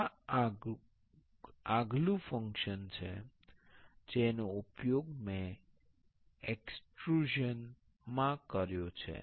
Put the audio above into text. આ આગલું ફંક્શન છે જેનો ઉપયોગ મેં એક્સ્ટ્રૂઝનમા કર્યો છે